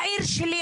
בעיר שלי,